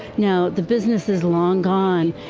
now, the business is long gone.